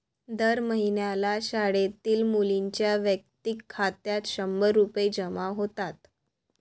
दर महिन्याला शाळेतील मुलींच्या वैयक्तिक खात्यात शंभर रुपये जमा होतात